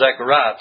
Zechariah